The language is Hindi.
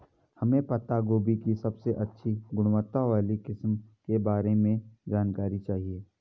हमें पत्ता गोभी की सबसे अच्छी गुणवत्ता वाली किस्म के बारे में जानकारी चाहिए?